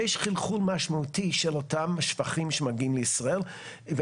המסקנות היו שיש חלחול משמעותי של אותם שפכים שמגיעים לישראל,